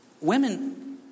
women